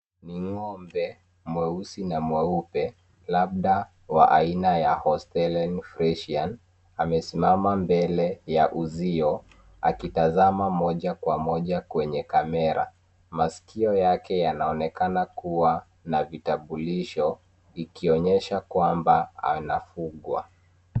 Ni ng'ombe, mweusi na mweupe, labda wa aina ya holstein friesian amesimama mbele ya uzio, akitazama moja kwa moja kwenye kamera. Masikio yake yaonekana kuwa na vitambulisho, ikionyesha kwamba anafugwa.